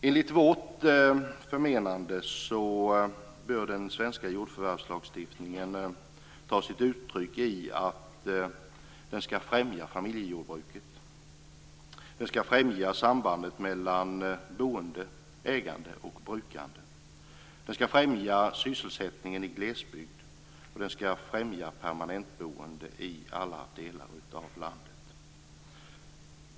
Enligt vår mening bör den svenska jordförvärvslagstiftningen ta sig uttryck i ett främjande av familjejordbruket. Den skall främja sambandet mellan boende, ägande och brukande. Den skall främja sysselsättningen i glesbygd, och den skall främja permanentboende i alla delar av landet.